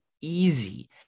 easy